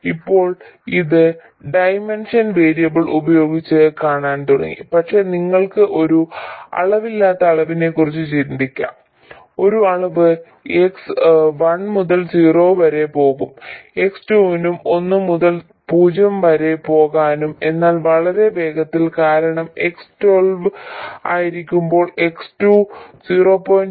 ഇപ്പോൾ ഇത് dimension variable ഉപയോഗിച്ച് കാണാൻ തുടങ്ങി പക്ഷേ നിങ്ങൾക്ക് ഒരു അളവില്ലാത്ത അളവിനെക്കുറിച്ച് ചിന്തിക്കാം ഒരു അളവ് x 1 മുതൽ 0 വരെ പോകും x2 നും 1 മുതൽ 0 വരെ പോകാനാകും എന്നാൽ വളരെ വേഗത്തിൽ കാരണം x12 ആയിരിക്കുമ്പോൾ x2 0